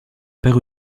perd